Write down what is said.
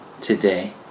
today